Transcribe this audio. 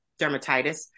dermatitis